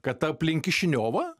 kad aplink kišiniovą